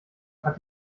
hat